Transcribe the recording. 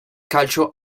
calcio